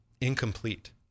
incomplete